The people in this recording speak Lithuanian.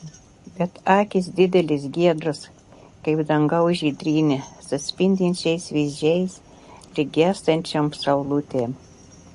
bet akys didelės giedros kaip dangaus žydrynė su spindinčiais vyzdžiais lyg gęstančiom saulutėm